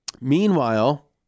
Meanwhile